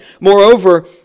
Moreover